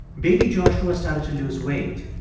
baby joshua started to lose weight,